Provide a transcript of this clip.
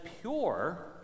pure